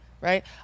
right